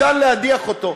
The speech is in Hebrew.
אפשר להדיח אותו.